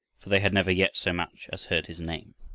for they had never yet so much as heard his name.